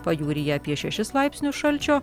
pajūryje apie šešis laipsnius šalčio